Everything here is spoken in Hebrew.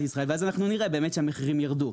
ישראל ואז נראה באמת את המחירים יורדים,